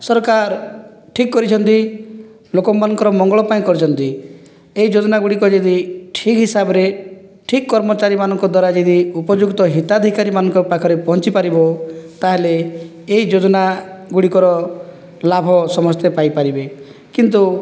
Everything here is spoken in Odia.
ସରକାର ଠିକ କରିଛନ୍ତି ଲୋକମାନଙ୍କର ମଙ୍ଗଳ ପାଇଁ କରିଛନ୍ତି ଏଇ ଯୋଜନା ଗୁଡ଼ିକ ଯଦି ଠିକ ହିସାବରେ ଠିକ କର୍ମଚାରୀମାନଙ୍କ ଦ୍ଵାରା ଯଦି ଉପଯୁକ୍ତ ହିତାଧିକାରୀମାନଙ୍କ ପାଖରେ ପହଞ୍ଚି ପାରିବ ତା'ହେଲେ ଏଇ ଯୋଜନା ଗୁଡ଼ିକର ଲାଭ ସମସ୍ତେ ପାଇ ପାରିବେ କିନ୍ତୁ